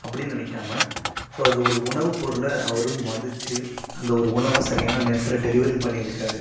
அப்படின்னு நினைக்காம ஸோ அது ஒரு உணவு பொருளை அவரும் மதிச்சு அந்த ஒரு உணவை சரியான நேரத்தில் டெலிவரியும் பண்ணிருக்கார்